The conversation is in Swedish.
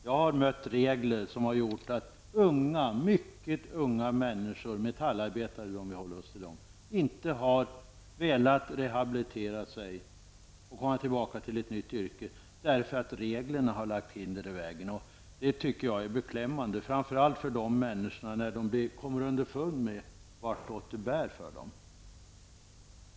Jag har mött regler som har gjort att mycket unga människor, t.ex. metallarbetare, inte har velat rehabilitera sig och gå över till ett nytt arbete, därför att reglerna har rest hinder i vägen. Det är beklämmande, framför allt när dessa människor kommer underfund med vart åt det bär för dem.